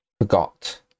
forgot